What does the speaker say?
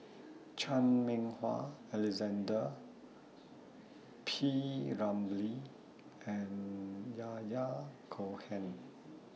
Chan Meng Wah Alexander P Ramlee and Yahya Cohen